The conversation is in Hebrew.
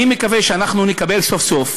אני מקווה שאנחנו נקבל סוף-סוף